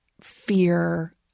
fear